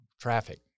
traffic